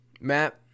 Matt